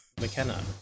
McKenna